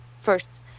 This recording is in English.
first